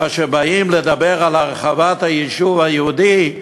כאשר באים לדבר על הרחבת היישוב היהודי,